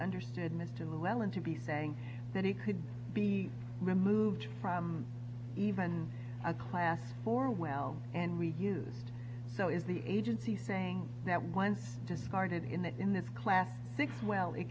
understood mr llewellyn to be saying that he could be removed from even a class for well and we used so is the agency saying that when discarded in that in this class six well it